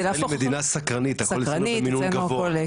ישראל היא מדינה סקרנית, הכל במינון גבוה.